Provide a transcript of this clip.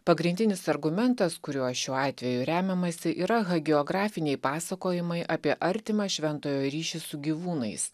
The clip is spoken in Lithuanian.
pagrindinis argumentas kuriuo šiuo atveju remiamasi yra hagiografiniai pasakojimai apie artimą šventojo ryšį su gyvūnais